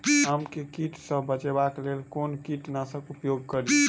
आम केँ कीट सऽ बचेबाक लेल कोना कीट नाशक उपयोग करि?